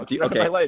okay